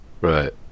Right